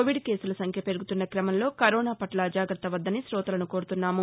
Covid కేసుల సంఖ్య పెరుగుతున్న క్రమంలో కరోనాపట్ల అజాగ్రత్త వద్దని కోతలను కోరుతున్నాము